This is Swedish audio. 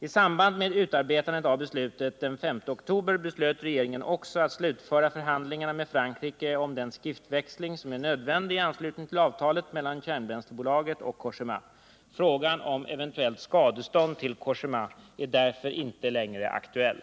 I samband med utarbetandet av beslutet av den 5 oktober beslöt regeringen också att slutföra förhandlingarna med Frankrike om den skriftväxling som är nödvändig i anslutning till avtalet mellan kärnbränslebolaget och Cogéma. Frågan om eventuellt skadestånd till Cogéma är därför inte längre aktuell.